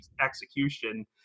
execution